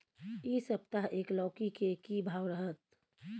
इ सप्ताह एक लौकी के की भाव रहत?